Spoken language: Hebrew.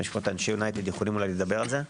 אנשי יונייטד יכולים אולי לדבר על זה.